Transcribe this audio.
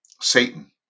Satan